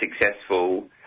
successful